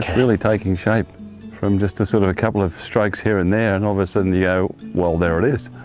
really taking shape from just sort of a couple of stokes here and there, and all of a sudden you go well there it is.